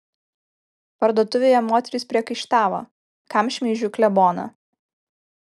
parduotuvėje moterys priekaištavo kam šmeižiu kleboną